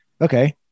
Okay